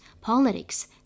politics